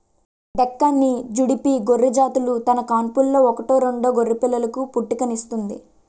డెక్కాని, జుడిపి గొర్రెజాతులు తన కాన్పులో ఒకటో రెండో గొర్రెపిల్లలకు పుట్టుకనిస్తుంది